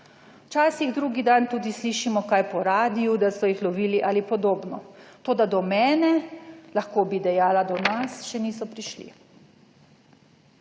včasih drugi dan tudi slišimo kaj po radiu, da so jih lovili ali podobno, toda do mene, lahko bi dejala, do nas še niso prišli.